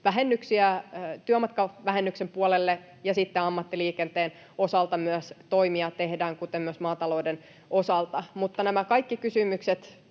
työmatkavähennyksen puolelle, ja sitten ammattiliikenteen osalta myös toimia tehdään, kuten myös maatalouden osalta. Nämä kaikki kysymykset